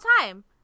time